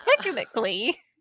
technically